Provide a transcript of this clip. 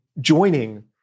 joining